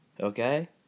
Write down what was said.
Okay